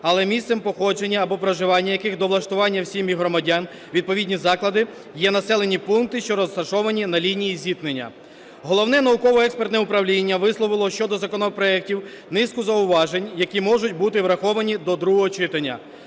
але місцем походження або проживання яких до влаштування в сім'ї громадян, відповідні заклади є населені пункти, що розташовані на лінії зіткнення. Головне науково-експертне управління висловило щодо законопроектів низку зауважень, які можуть бути враховані до другого читання.